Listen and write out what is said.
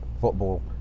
football